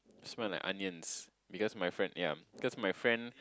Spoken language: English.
smell like onions because my friend yea because my friends